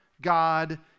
God